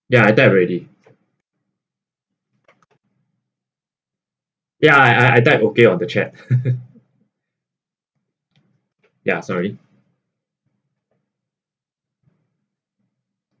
ya I type already ya I I I type okay on the chat ya sorry